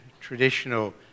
traditional